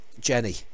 Jenny